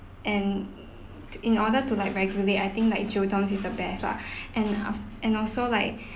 and in order to like regulate I think like jail terms is the best lah and af~ and also like